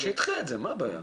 שידחה את זה, מה הבעיה.